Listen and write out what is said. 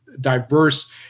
diverse